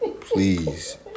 Please